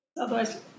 Otherwise